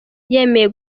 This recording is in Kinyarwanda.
yemeye